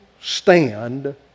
stand